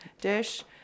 dish